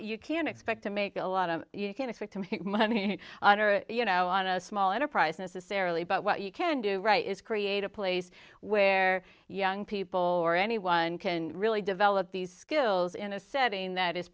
you can expect to make a lot of you can expect some money on or you know on a small enterprise necessarily but what you can do right is create a place where young people or anyone can really develop these skills in a setting that is